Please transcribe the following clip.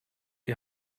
die